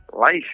life